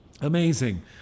Amazing